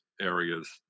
areas